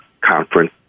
conference